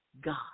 God